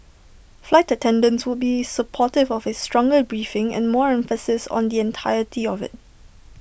flight attendants would be supportive of A stronger briefing and more emphasis on the entirety of IT